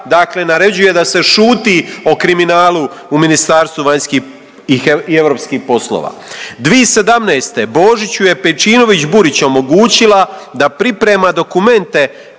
dakle naređuje da se šuti o kriminalu u Ministarstvu vanjskih i europskih poslova. 2017. Božiću je Pejčinović Burić omogućila da priprema dokumente